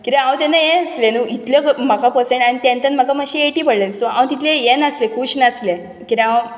कित्याक हांव तेन्ना हें आसलें न्हू इतले म्हाका पसण हांयन तँतान म्हाका मातशी एटी पडलेले सो हांव तितलें हें नासलें खूश नासलें कित्याक हांव